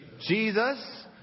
Jesus